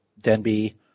Denby